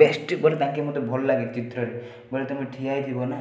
best ବୋଲେ ତାଙ୍କେ ମୋତେ ଭଲ ଲାଗେ ଚିତ୍ରରେ ବୋଲେ ତୁମେ ଠିଆ ହେଇଥିବନା